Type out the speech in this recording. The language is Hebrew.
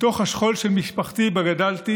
מתוך השיכול של משפחתי שבה גדלתי